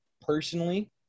personally